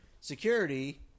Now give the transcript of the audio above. security